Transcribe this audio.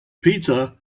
pizza